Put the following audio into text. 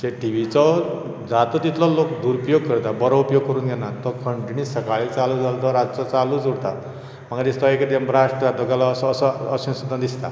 T व्हीचो जाता तितलो लोक दुरउपयोग करता बरो उपयोग करून घेनात तो कन्टीन्यूअस सकाळीं चालू जाता तो रातचो चालूच उरता म्हाका दिसता एक टायम ब्लास्ट जातलो अशें सुद्दा दिसता